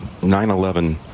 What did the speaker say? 9-11